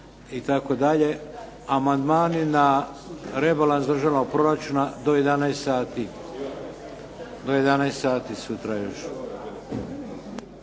zakona itd. Amandmani na rebalans državnog proračuna do 11 sati sutra još.